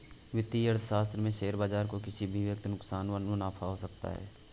वित्तीय अर्थशास्त्र में शेयर बाजार को किसी भी वक्त नुकसान व मुनाफ़ा हो सकता है